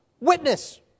witness